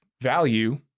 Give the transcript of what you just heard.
value